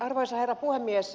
arvoisa herra puhemies